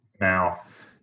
mouth